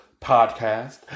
podcast